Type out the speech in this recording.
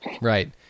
Right